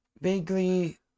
vaguely